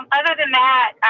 um other than that,